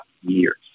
years